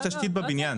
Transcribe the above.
יש תשתית בבניין.